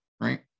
right